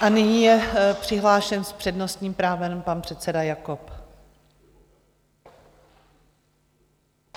A nyní je přihlášen s přednostním právem pan předseda Jakob.